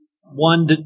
one